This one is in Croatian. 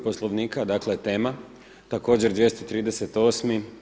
Poslovnika, dakle tema također 238.